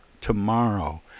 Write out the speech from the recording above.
tomorrow